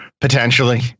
Potentially